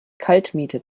kaltmiete